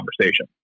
conversation